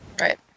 right